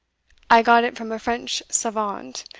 i got it from a french savant,